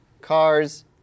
Cars